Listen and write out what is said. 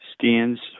Stands